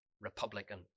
Republican